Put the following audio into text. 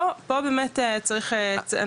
פה באמת צריך.